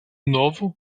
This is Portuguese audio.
novo